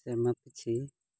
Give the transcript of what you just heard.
ᱥᱮᱨᱢᱟ ᱯᱤᱪᱷᱮ